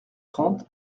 trente